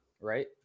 right